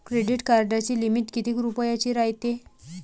Credit कार्डाची limit कितीक रुपयाची रायते?